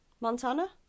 Montana